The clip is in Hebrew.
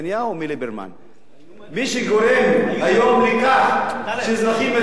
מי שגורם היום לכך שאזרחים מציתים את עצמם זה לא אירן.